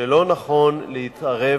שלא נכון להתערב